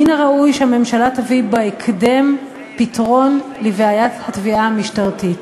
מן הראוי שהממשלה תביא בהקדם פתרון לבעיית התביעה המשטרתית.